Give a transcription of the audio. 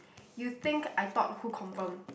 you think I thought who confirm